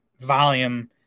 volume